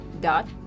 dot